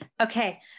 Okay